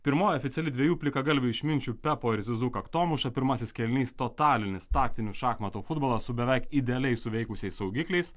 pirmoji oficiali dviejų plikagalvių išminčių pepo ir zizu kaktomuša pirmasis kėlinys totalinis staktinių šachmatų futbolas su beveik idealiai suveikusiais saugikliais